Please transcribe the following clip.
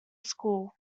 school